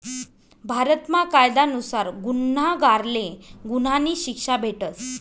भारतमा कायदा नुसार गुन्हागारले गुन्हानी शिक्षा भेटस